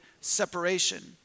separation